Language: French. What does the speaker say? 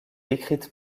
écrite